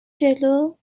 جلو